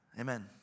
Amen